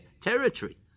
territory